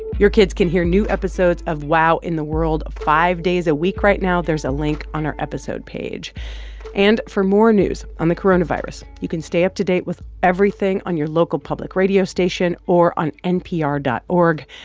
your kids can hear new episodes of wow in the world five days a week right now. there's a link on our episode page and for more news on the coronavirus, you can stay up to date with everything on your local public radio station or on npr dot org.